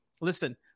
Listen